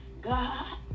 God